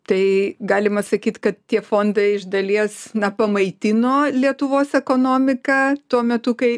tai galima sakyt kad tie fondai iš dalies na pamaitino lietuvos ekonomika tuo metu kai